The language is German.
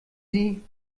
sie